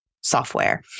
software